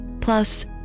plus